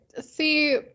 see